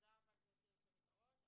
תודה רבה גבירתי יושבת הראש.